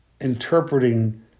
interpreting